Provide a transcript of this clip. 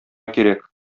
кирәк